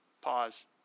Pause